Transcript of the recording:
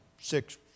six